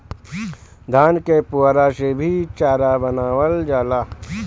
धान के पुअरा से भी चारा बनावल जाला